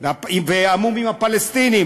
והמשא-ומתן עם הפלסטינים,